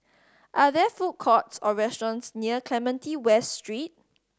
are there food courts or restaurants near Clementi West Street